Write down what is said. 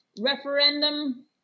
referendum